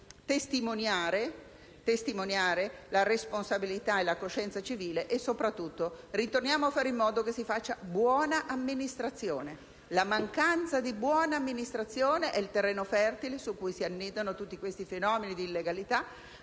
a testimoniare la responsabilità e la coscienza civile e soprattutto a fare in modo che si faccia buona amministrazione. La mancanza di buona amministrazione, infatti, è il terreno fertile su cui si annidano tutti questi fenomeni di illegalità,